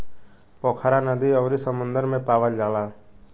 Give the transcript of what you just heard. पोखरा नदी अउरी समुंदर में पावल जाला